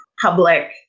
public